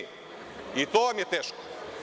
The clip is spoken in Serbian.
I to vam je teško?